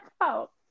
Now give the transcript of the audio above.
out